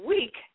Week